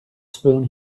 spoon